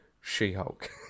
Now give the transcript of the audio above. She-Hulk